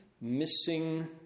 missing